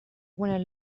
when